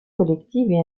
collectives